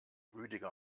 rüdiger